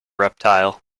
reptile